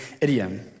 idiom